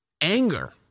anger